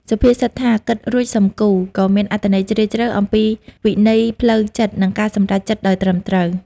សុភាសិតថា "គិតរួច សឹមគូ" គឺមានអត្ថន័យជ្រាលជ្រៅ អំពីវិន័យផ្លូវចិត្ត និងការសម្រេចចិត្តដោយត្រឹមត្រូវ។